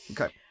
Okay